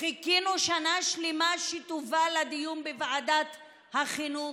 חיכינו שנה שלמה שהיא תובא לדיון בוועדת החינוך.